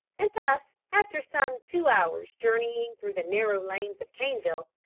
and thus, after some two hours' journeying through the narrow lanes of caneville,